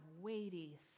weighty